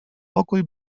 pokój